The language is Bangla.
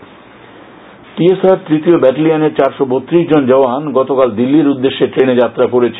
টি S R T S R তৃতীয় ব্যাটেলিয়নের চারশো বত্রিশ জন জওয়ান গতকাল দিল্লির উদ্দেশ্যে ট্রেনে যাত্রা করেছে